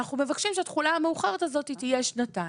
אנחנו מבקשים שהתחולה המאוחרת הזאת תהיה שנתיים.